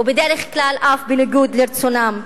ובדרך כלל אף בניגוד לרצונן.